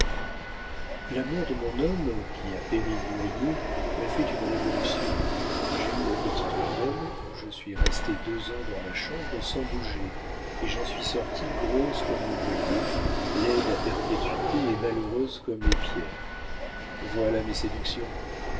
la mort de mon homme qui a péri noyé m'a fait une révolution j'ai eu la petite vérole je suis restée deux ans dans ma chambre sans bouger et j'en suis sortie grosse comme vous voyez laide à perpétuité et malheureuse comme les pierres voilà mes séductions